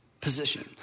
position